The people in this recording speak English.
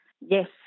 Yes